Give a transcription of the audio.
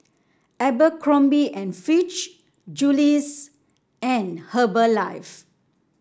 Abercrombie and Fitch Julie's and Herbalife